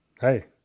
Hey